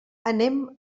anem